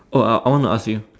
oh uh I want to ask you